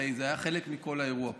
הרי זה היה חלק מכל האירוע פה.